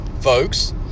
folks